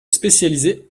spécialisé